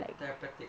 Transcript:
therapeutic